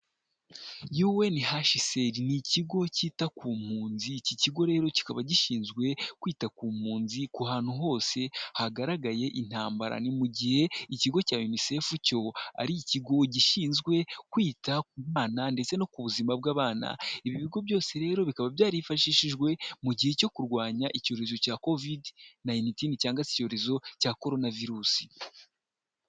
UNHCR ni ikigo kita ku mpunzi, iki kigo rero kikaba gishinzwe kwita ku mpunzi ku hantu hose hagaragaye intambara, ni mu gihe ikigo cya Unicefu cyo ari ikigo gishinzwe kwita ku bana ndetse no ku buzima bw'abana, ibi bigo byose rero bikaba byarifashishijwe mu gihe cyo kurwanya icyorezo cya Covid nineteen cyangwa se icyorezo cya Corona virus.